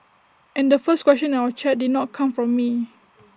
and the first question in our chat did not come from me